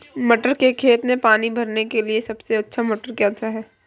मटर के खेत में पानी भरने के लिए सबसे अच्छा मोटर कौन सा है?